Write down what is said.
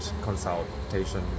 consultation